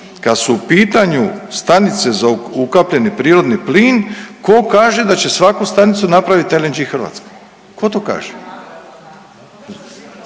Kada su u pitanju stanice za ukapljeni prirodni plin tko kaže da že svaku stanicu napraviti LNG-e Hrvatska? Tko to kaže?